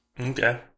Okay